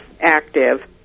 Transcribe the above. active